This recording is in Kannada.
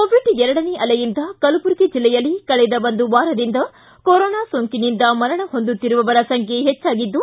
ಕೋವಿಡ್ ಎರಡನೆ ಅಲೆಯಿಂದ ಕಲಬುರಗಿ ಜಿಲ್ಲೆಯಲ್ಲಿ ಕಳೆದ ಒಂದು ವಾರದಿಂದ ಕೊರೋನಾ ಸೋಂಕಿನಿಂದ ಮರಣ ಹೊಂದುತ್ತಿರುವವರ ಸಂಖ್ಯೆ ಹೆಚ್ಚಾಗಿದ್ದು